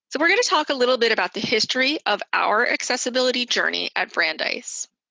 so we're going to talk a little bit about the history of our accessibility journey at brandeis.